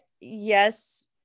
Yes